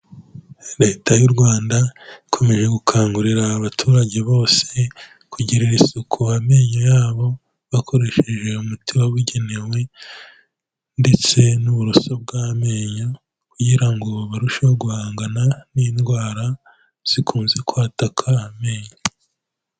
Leta y'u Rwanda ikomeje gukangurira abaturage bose kugirira isuku amenyo yabo, bakoresheje umuti wabugenewe ndetse n'uburoso bw'amenyo kugira ngo barusheho guhangana n'indwara zikunze kwataka amenyo.